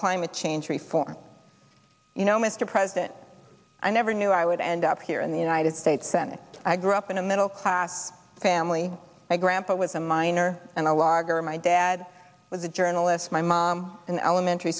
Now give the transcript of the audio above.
climate change free for you know mr president i never knew i would end up here in the united states senate i grew up in a middle class family my grandpa was a miner and a logger my dad was a journalist my mom an elementary